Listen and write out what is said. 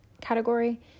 category